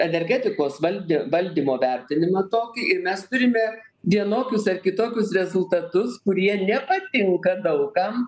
energetikos vald valdymo vertinimą tokį ir mes turime vienokius ar kitokius rezultatus kurie nepatinka daug kam